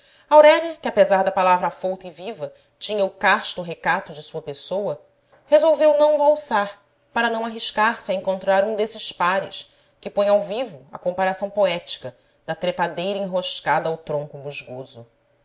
aurélia que apesar da palavra afouta e viva tinha o casto recato de sua pessoa resolveu não valsar para não arriscar se a encontrar um desses pares que põem ao vivo a comparação poética da trepadeira enroscada ao tronco musgoso